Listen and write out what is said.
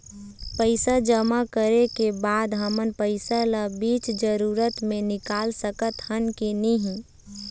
पैसा जमा करे के बाद हमन पैसा ला बीच जरूरत मे निकाल सकत हन की नहीं?